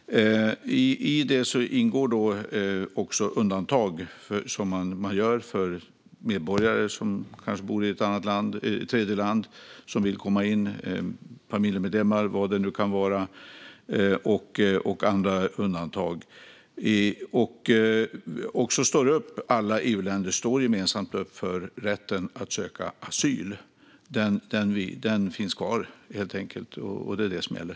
I detta ingår undantag som man gör för medborgare som kanske bor i ett tredjeland och som vill komma in eller för familjemedlemmar eller vad det nu kan vara och andra undantag. Alla EU-länder står gemensamt upp för rätten att söka asyl. Den finns kvar, och det är detta som gäller.